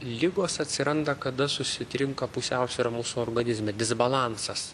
ligos atsiranda kada susitrinka pusiausvyra mūsų organizme disbalansas